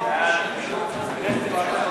ההצעה להעביר